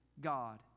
God